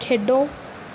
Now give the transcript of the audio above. ਖੇਡੋ